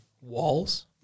walls